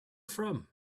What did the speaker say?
from